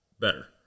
better